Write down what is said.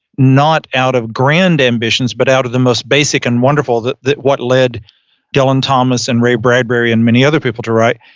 not out of grand ambitions, but out of the most basic and wonderful that that led dylan thomas and ray bradbury and many other people to write,